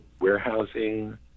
warehousing